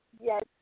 Yes